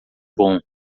bom